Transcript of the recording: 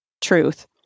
Truth